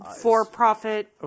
For-profit